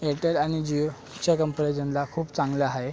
Airtel आणि जिओच्या कंपॅरिजनला खूप चांगलं आहे